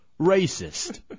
racist